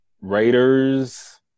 Raiders